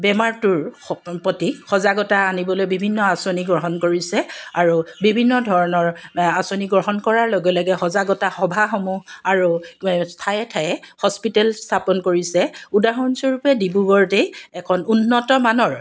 বেমাৰটোৰ স প্ৰতি সজাগতা আনিবলৈ বিভিন্ন আঁচনি গ্ৰহণ কৰিছে আৰু বিভিন্ন ধৰণৰ আঁচনি গ্ৰহণ কৰাৰ লগে লগে সজাগতা সভাসমূহ আৰু ঠায়ে ঠায়ে হস্পিটেল স্থাপন কৰিছে উদাহৰণস্বৰূপে ডিব্ৰুগড়তেই এখন উন্নতমানৰ